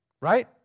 right